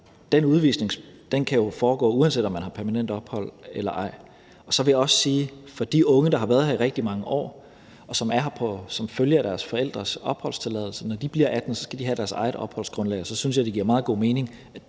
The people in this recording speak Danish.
Den udvisning kan jo foregå, uanset om man har permanent ophold eller ej. Så vil jeg også sige, at når de unge, der har været her i rigtig mange år, og som er her som følge af deres forældres opholdstilladelse, bliver 18 år, skal de have deres eget opholdsgrundlag, og så synes jeg, det giver meget god mening,